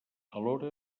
alhora